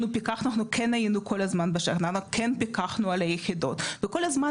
אנחנו כן פיקחנו על היחידות וכל הזמן